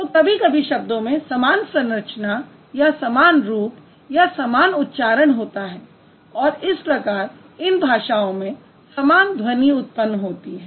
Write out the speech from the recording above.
तो कभी कभी शब्दों में समान संरचना या समान रूप या समान उच्चारण होता है और इस प्रकार इन भाषाओं में समान ध्वनि उत्पन्न होती है